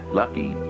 lucky